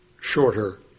shorter